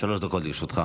שלוש דקות לרשותך.